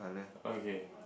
okay